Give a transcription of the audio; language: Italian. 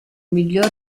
miglior